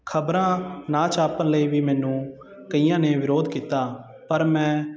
ਖ਼ਬਰਾਂ ਨਾ ਛਾਪਣ ਲਈ ਵੀ ਮੈਨੂੰ ਕਈਆਂ ਨੇ ਵਿਰੋਧ ਕੀਤਾ ਪਰ ਮੈਂ